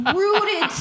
rooted